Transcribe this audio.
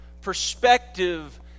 perspective